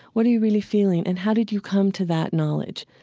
what are you really feeling? and how did you come to that knowledge?